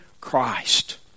Christ